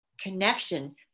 connection